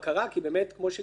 כי כפי שאמרנו,